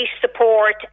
support